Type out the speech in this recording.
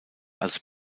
als